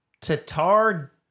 Tatar